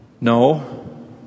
No